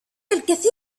الكثير